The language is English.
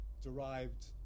derived